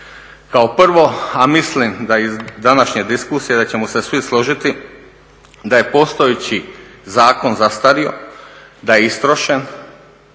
Kao prvo a mislim da i iz današnje diskusije da ćemo se svi složiti da je postojeći zakon zastario, da je istrošen,